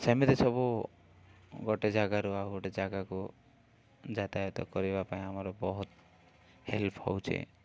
ସେମିତି ସବୁ ଗୋଟେ ଜାଗାରୁ ଆଉ ଗୋଟେ ଜାଗାକୁ ଯାତାୟତ କରିବା ପାଇଁ ଆମର ବହୁତ ହେଲ୍ପ ହଉଛେ